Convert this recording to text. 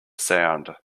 sound